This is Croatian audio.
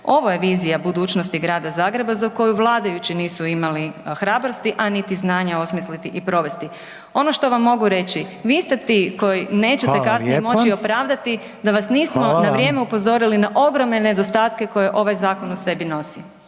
Ovo je vizija budućnosti grada Zagreba za koju vladajući nisu imali hrabrosti a niti znanja osmisliti i provesti. Ono što vam mogu reći, vi ste ti koji nećete… …/Upadica Reiner: Hvala lijepa./… … kasnije moći opravdati da vas nismo… …/Upadica Reiner: Hvala lijepa./… … na vrijeme upozorili na ogromne nedostatke koje ovaj zakon u sebi nosi.